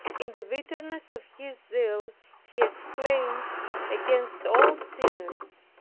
in the bitterness of his zeal he exclaims against all sinners,